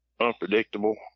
unpredictable